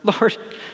Lord